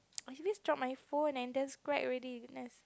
I accidentally drop my phone and there's crack already goodness